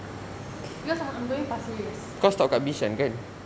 because I'm I'm going pasir ris